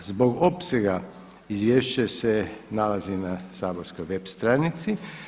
Zbog opsega izvješće se nalazi na saborskoj web stranici.